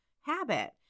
habit